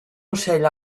ocell